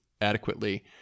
adequately